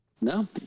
no